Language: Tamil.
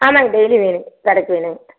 ஆமாம்ங்க டெய்லி வேணுங்க கடைக்கி வேணுங்க